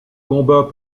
combat